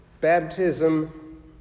baptism